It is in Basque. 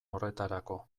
horretarako